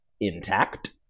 intact